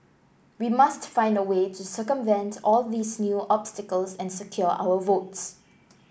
we must find a way to circumvent all these new obstacles and secure our votes